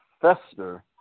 fester